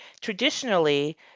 Traditionally